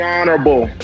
Honorable